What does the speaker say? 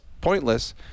pointless